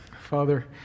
Father